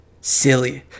silly